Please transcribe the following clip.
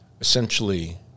essentially